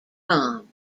com